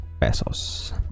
pesos